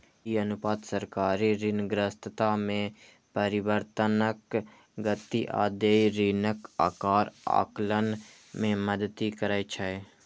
ई अनुपात सरकारी ऋणग्रस्तता मे परिवर्तनक गति आ देय ऋणक आकार आकलन मे मदति करै छै